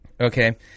okay